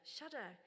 Shudder